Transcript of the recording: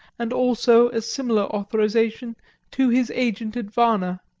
and also a similar authorisation to his agent at varna.